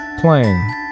playing